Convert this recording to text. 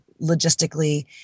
logistically